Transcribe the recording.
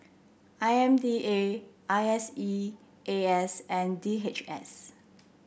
I M D A I S E A S and D H S